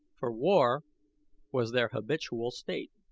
for war was their habitual state.